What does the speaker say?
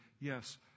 yes